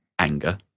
anger